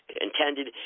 intended